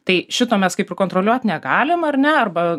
tai šito mes kaip ir kontroliuot negalim ar ne arba